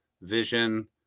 vision